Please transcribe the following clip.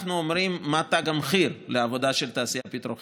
אנחנו אומרים מה תג המחיר לעבודה של התעשייה הפטרוכימית.